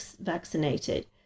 vaccinated